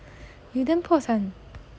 you damn 破产